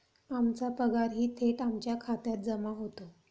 आमचा पगारही थेट आमच्या खात्यात जमा होतो